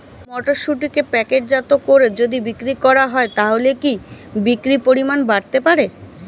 মটরশুটিকে প্যাকেটজাত করে যদি বিক্রি করা হয় তাহলে কি বিক্রি পরিমাণ বাড়তে পারে?